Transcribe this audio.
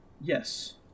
Yes